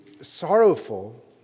sorrowful